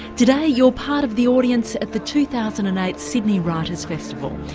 today you're part of the audience at the two thousand and eight sydney writers' festival,